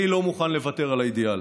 אני לא מוכן לוותר על האידיאל.